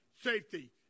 safety